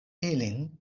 ilin